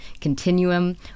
Continuum